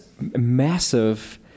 massive